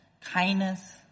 kindness